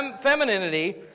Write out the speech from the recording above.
femininity